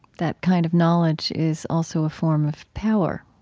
that kind of knowledge is also a form of power